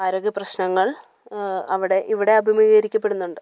ആരോഗ്യ പ്രശ്നനങ്ങൾ അവിടെ ഇവിടെ അഭിമുഖീകരിക്കപ്പെടുന്നു